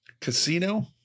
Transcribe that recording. Casino